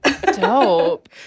Dope